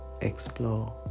explore